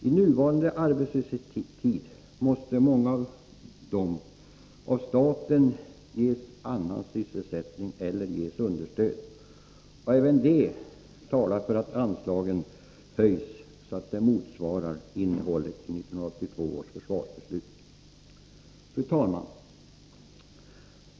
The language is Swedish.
I nuvarande arbetslöshetstid måste många av dessa ges annan sysselsättning eller understöd av staten. Även detta talar för att anslagen höjs så att de motsvarar innehållet i 1982 års försvarsbeslut. Fru talman!